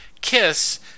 kiss